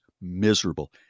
miserable